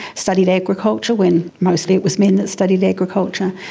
studied agriculture when mostly it was men that studied agriculture,